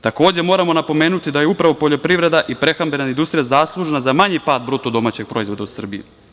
Takođe, moramo napomenuti da je upravo poljoprivreda i prehrambena industrija zaslužna za manji pad BDP-a u Srbiji.